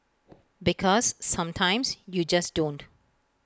because sometimes you just don't